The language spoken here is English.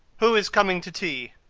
who is coming to tea?